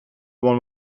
one